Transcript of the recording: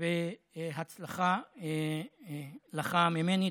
והצלחה לך ממני.